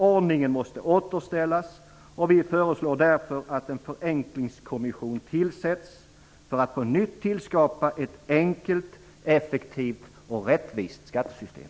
Ordningen måste återställas. Vi föreslår därför att en förenklingskommisssion tillsätts för att på nytt tillskapa ett enkelt, effektivt och rättvist skattesystem.